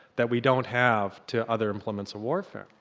that we don't have to other implements of warfare.